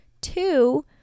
two